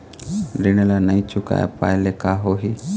ऋण ला नई चुका पाय ले का होही?